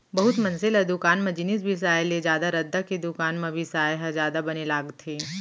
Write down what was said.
बहुत मनसे ल दुकान म जिनिस बिसाय ले जादा रद्दा के दुकान म बिसाय ह जादा बने लागथे